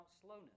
slowness